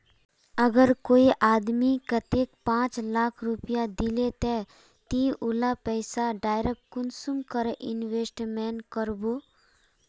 अगर कोई आदमी कतेक पाँच लाख रुपया दिले ते ती उला पैसा डायरक कुंसम करे इन्वेस्टमेंट करबो?